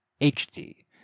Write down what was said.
HD